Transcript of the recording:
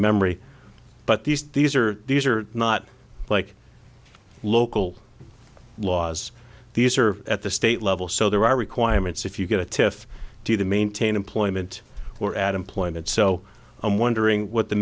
memory but these these are these are not like local laws these are at the state level so there are requirements if you get a tiff do to maintain employment or add employment so i'm wondering what the